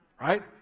Right